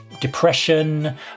depression